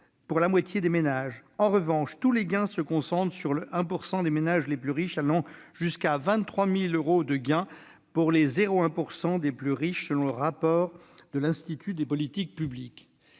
la moitié des ménages. En revanche, tous les gains se concentrent sur les 1 % des ménages les plus riches, allant même jusqu'à 23 000 euros pour les 0,1 % des plus riches, selon le rapport de l'Institut des politiques publiques.